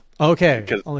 Okay